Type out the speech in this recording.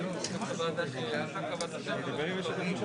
אין בהם הרבה דברים מסובכים,